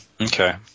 Okay